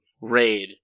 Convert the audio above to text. raid